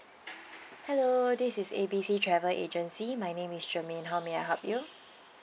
hello this is A B C travel agency my name is germane how may I help you